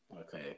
Okay